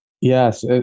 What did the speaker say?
yes